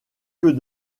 que